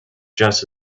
just